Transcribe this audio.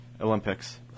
Olympics